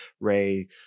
ray